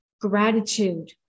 gratitude